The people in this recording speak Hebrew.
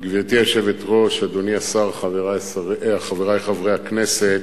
גברתי היושבת-ראש, אדוני השר, חברי חברי הכנסת,